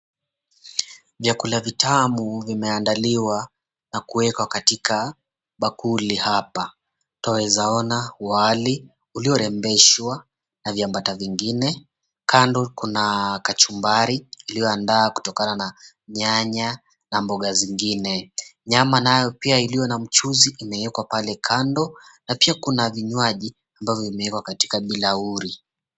Vyakula vitamu vimeandaliwa na kuwekwa katika bakuli hapa. Twaweza ona wali uliorembeshwa na viambata vingine. Kando kuna kachumbari iliyoandaa kutokana na nyanya na mboga zingine. Nyama nayo pia iliyo na mchuzi imewekwa pale kando, na pia kuna kuna vinywaji ambazo zimewekwa katika bilauri.